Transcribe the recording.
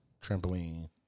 trampoline